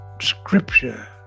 scripture